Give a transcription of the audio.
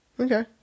Okay